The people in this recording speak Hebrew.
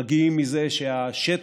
מגיעים מזה שהשטח,